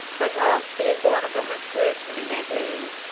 but oft the iguanodon reproved them in their glee,